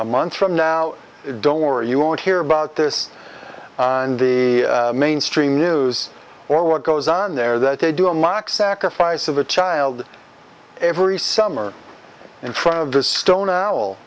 a month from now don't worry you won't hear about this on the mainstream news or what goes on there that they do a lock sacrifice of a child every summer in front of the stone owl